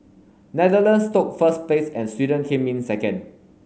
Netherlands took first place and Sweden came in second